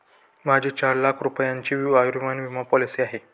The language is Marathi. माझी चार लाख रुपयांची आयुर्विमा पॉलिसी आहे